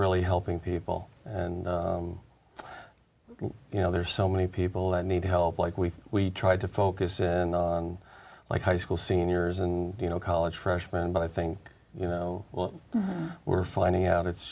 really helping people and you know there are so many people that need help like we we tried to focus like high school seniors and you know college freshman but i think you know well we're finding out it's